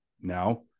now